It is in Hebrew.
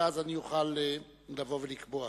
ואז אני אוכל לבוא ולקבוע.